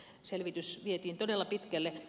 selvitys vietiin todella pitkälle